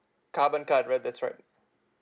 carbon card right that's right